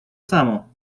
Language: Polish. samo